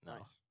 Nice